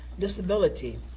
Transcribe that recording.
disability,